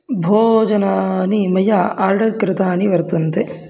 भोजनानि मया आर्डर् कृतानि वर्तन्ते